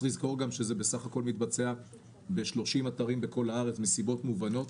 צריך לזכור שזה בסך הכול מתבצע ב-30 אתרים בכל הארץ מסיבות מובנות,